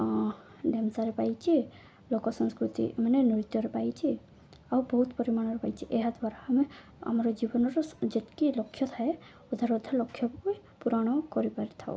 ଢେମ୍ସାରେ ପାଇଛି ଲୋକ ସଂସ୍କୃତି ମାନେ ନୃତ୍ୟରେ ପାଇଛି ଆଉ ବହୁତ ପରିମାଣରେ ପାଇଚି ଏହାଦ୍ୱାରା ଆମେ ଆମର ଜୀବନର ଯେତିକି ଲକ୍ଷ୍ୟ ଥାଏ ଓଧାରଧା ଲକ୍ଷ୍ୟକୁ ବି ପୂରଣ କରିପାରିଥାଉ